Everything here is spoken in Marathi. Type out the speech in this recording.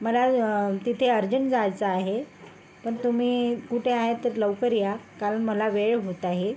मला तिथे अर्जंट जायचं आहे पण तुम्ही कुठे आहेत तर लवकर या कारण मला वेळ होत आहे